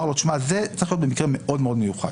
לו שזה צריך להיות במקרה מאוד מאוד מיוחד.